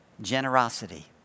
Generosity